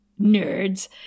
nerds